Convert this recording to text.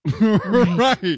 Right